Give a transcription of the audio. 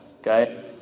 Okay